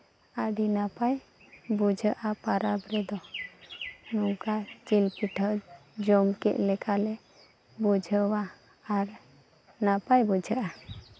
ᱟᱹᱰᱤ ᱱᱟᱯᱟᱭ ᱵᱩᱡᱷᱟᱹᱜᱼᱟ ᱯᱚᱨᱚᱵᱽ ᱨᱮᱫᱚ ᱱᱚᱝᱠᱟ ᱡᱤᱞ ᱯᱤᱴᱷᱟᱹ ᱡᱚᱢ ᱠᱮᱫ ᱞᱮᱠᱟᱞᱮ ᱵᱩᱡᱷᱟᱹᱣᱟ ᱟᱨ ᱱᱟᱯᱟᱭ ᱵᱩᱡᱷᱟᱹᱜᱼᱟ